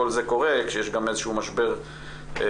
כל זה קורה כשיש גם איזשהו משבר בין